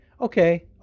okay